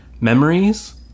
Memories